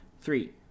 Three